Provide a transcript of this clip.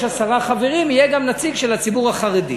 עשרה חברים יהיה גם נציג של הציבור החרדי.